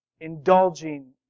indulging